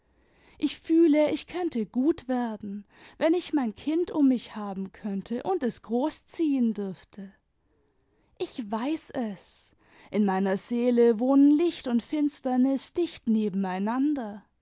ich fühle ich könnte gut werden wenn ich mein kind um mich haben könnte und es groß ziehen dürfte ich weiß es in meiner seele wohnen licht und finsternis dicht nebeneinander